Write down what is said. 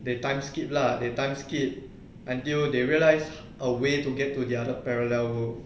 the time skip lah the time skip until they realise a way to get to the other parallel world